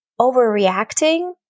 overreacting